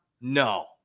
No